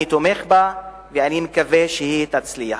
אני תומך בה ואני מקווה שהיא תצליח.